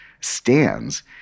stands